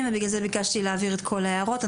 ובגלל זה ביקשתי להעביר את כל ההערות.